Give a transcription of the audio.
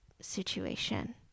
situation